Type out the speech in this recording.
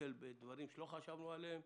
ניתקל בדברים שלא חשבנו עליהם.